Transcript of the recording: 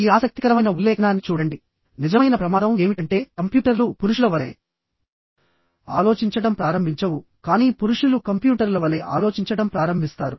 ఈ ఆసక్తికరమైన ఉల్లేఖనాన్ని చూడండి నిజమైన ప్రమాదం ఏమిటంటే కంప్యూటర్లు పురుషుల వలె ఆలోచించడం ప్రారంభించవు కానీ పురుషులు కంప్యూటర్ల వలె ఆలోచించడం ప్రారంభిస్తారు